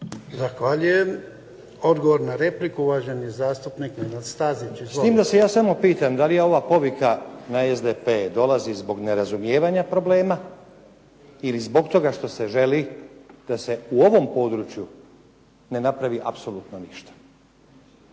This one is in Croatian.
Zahvaljujem. Odgovor na repliku uvaženi zastupnik Nenad Stazić. Izvolite. **Stazić, Nenad (SDP)** S time da se ja samo pitam da li je ova povika na SDP dolazi zbog nerazumijevanja problema ili zbog toga što se želi da se u ovom području ne napravi apsolutno ništa.